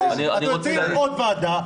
פה אתם עושים עוד ועדה,